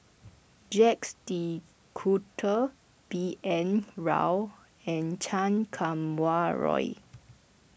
Jacques De Coutre B N Rao and Chan Kum Wah Roy